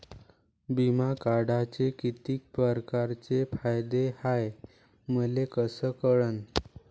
बिमा काढाचे कितीक परकारचे फायदे हाय मले कस कळन?